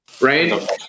right